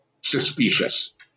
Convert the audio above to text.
suspicious